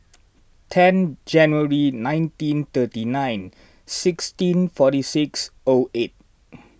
ten January nineteen thirty nine sixteen forty six O eight